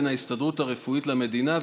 בין ההסתדרות הרפואית למדינה,